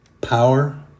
power